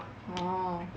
orh